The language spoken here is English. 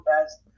best